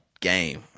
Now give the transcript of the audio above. game